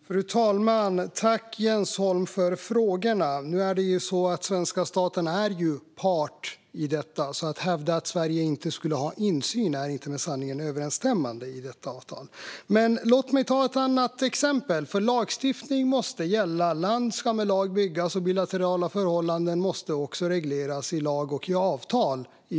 Fru talman! Tack, Jens Holm, för frågorna! Svenska staten är part i detta. Att hävda att Sverige inte skulle ha insyn är alltså inte med sanningen överensstämmande. Låt mig dock ta ett annat exempel. Lagstiftning måste gälla. Land ska med lag byggas, och bilaterala förhållanden måste också regleras i lag och avtal.